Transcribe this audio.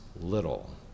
little